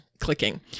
clicking